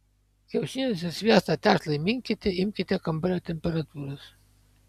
kiaušinius ir sviestą tešlai minkyti imkite kambario temperatūros